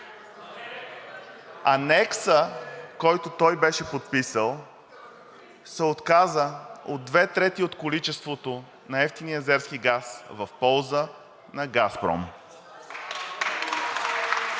анекса, който той беше подписал, се отказа от две трети от количеството на евтиния азерски газ в полза на „Газпром“.